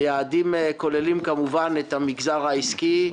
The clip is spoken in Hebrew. היעדים כוללים, כמובן, את המגזר העסקי,